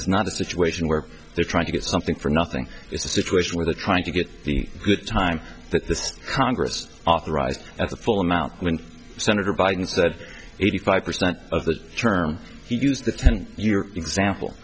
is not a situation where they're trying to get something for nothing is a situation where the trying to get the time that this congress authorized at the full amount when senator biden said eighty five percent of the term he used the ten year example